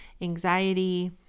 anxiety